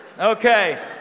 Okay